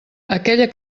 aquella